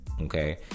Okay